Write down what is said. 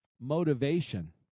motivation